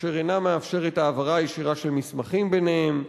אשר אינה מאפשרת העברה ישירה של מסמכים ביניהם,